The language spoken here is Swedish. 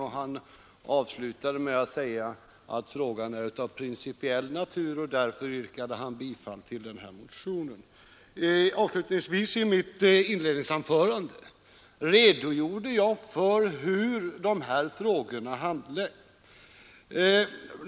Han avslutade med att säga att frågan är av principiell natur, och därför yrkade han bifall till motionen 1357; Avslutningsvis i mitt inledningsanförande redogjorde jag för hur dessa frågor handläggs.